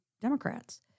Democrats